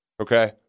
okay